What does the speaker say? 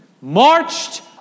marched